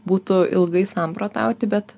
būtų ilgai samprotauti bet